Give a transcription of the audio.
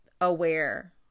aware